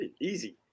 easy